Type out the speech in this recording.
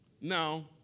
Now